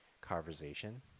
conversation